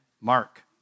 Mark